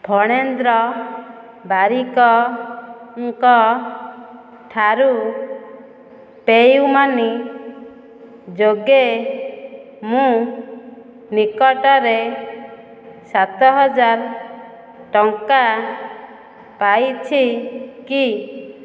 ଫଣେନ୍ଦ୍ର ବାରିକ୍ ଙ୍କ ଠାରୁ PayUmoney ଯୋଗେ ମୁଁ ନିକଟରେ ସାତ ହଜାର ଟଙ୍କା ପାଇଛି କି